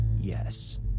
Yes